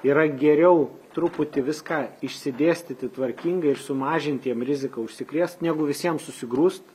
yra geriau truputį viską išsidėstyti tvarkingai ir sumažinti jiem riziką užsikrėst negu visiem susigrūst